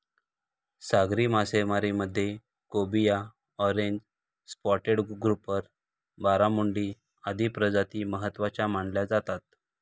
सागरी मासेमारीमध्ये cobia, orange spotted grouper, barramundi आदी प्रजाती महत्त्वाच्या मानल्या जातात